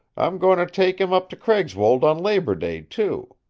i'm going to take him up to craigswold on labor day, too.